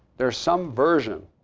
there's some version